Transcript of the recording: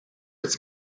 its